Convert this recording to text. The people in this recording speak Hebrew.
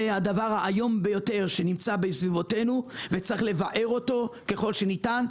הדבר האיום ביותר שנמצא בסביבתנו וצריך לבער אותו ככל שניתן.